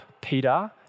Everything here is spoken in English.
Peter